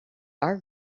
our